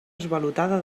esvalotada